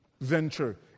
venture